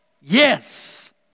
yes